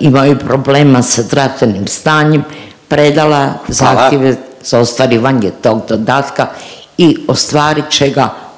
imaju problema sa zdravstvenim stanjem predala zahtjeve … .../Upadica: